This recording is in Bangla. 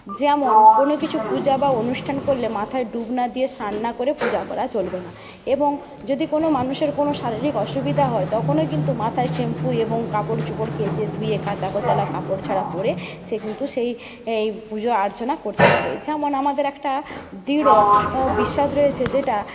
যেমন কোনো কিছু পূজা বা অনুষ্ঠান করলে মাথায় ডুব না দিয়ে স্নান না করে পূজা করা চলবে না এবং যদি কোনো মানুষের কোনো শারীরিক অসুবিধা হয় তখনও কিন্তু মাথায় শ্যাম্পু এবং কাপড় চোপড় কেচে ধুয়ে কাচা কোচালা কাপড় ছাড়া পরে সে কিন্তু সেই এই পুজো আর্চনা করতে পারে যেমন আমাদের একটা দৃঢ় বিশ্বাস রয়েছে যেটা